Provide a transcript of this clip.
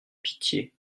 pitié